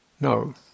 No